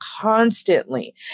constantly